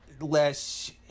less